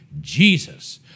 Jesus